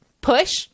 push